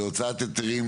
והוצאת היתרים,